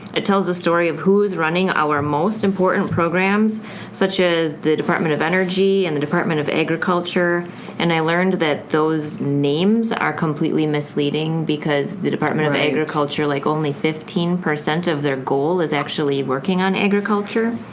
it tells the story of who is running our most important programs such as the department of energy and the department of agriculture. and i learned that those names are completely misleading because the department of agriculture, like only fifteen percent of their goal is actually working on agriculture.